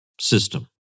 system